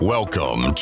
Welcome